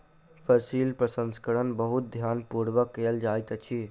फसील प्रसंस्करण बहुत ध्यान पूर्वक कयल जाइत अछि